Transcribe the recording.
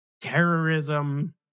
terrorism